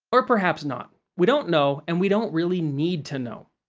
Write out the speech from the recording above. or perhaps not. we don't know and we don't really need to know.